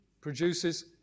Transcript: produces